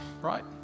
right